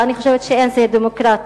ואני חושבת שאין זה דמוקרטי,